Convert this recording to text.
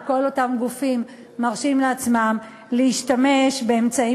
או כל אותם גופים מרשים לעצמם להשתמש באמצעים